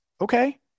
Okay